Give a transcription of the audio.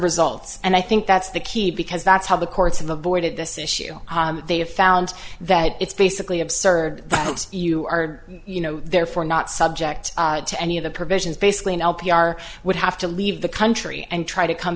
results and i think that's the key because that's how the courts have avoided this issue they have found that it's basically absurd that it's you are you know therefore not subject to any of the provisions basically an l p r would have to leave the country and try to come